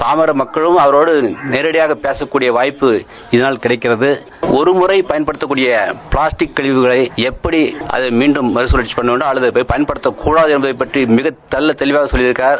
பாமர மக்களும் அவரோடு நேரடியாக பேசக்கூடிய வாய்ப்பு இதனால் கிடைக்கிறது ஒருமுறை பயன்படுத்தக்கூடிய பிளாஸ்டிக் கழிவுகளை எப்படி அதை மீண்டும் மறுகழற்சி பண்ணணுகிங்கிறத அதை பயன்படுத்தக்கூடாது என்பது பற்றி கூறிபிருக்கிறார்